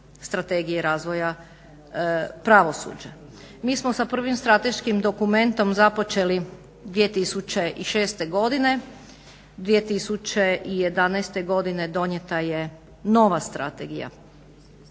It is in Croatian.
Strategije razvoja pravosuđa. Mi smo sa prvim strateškim dokumentom započeli 2006. godine. 2011. godine donijeta je nova strategija.